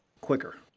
quicker